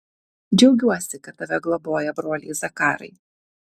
džiaugiuosi kad tave globoja broliai zakarai